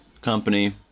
company